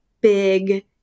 big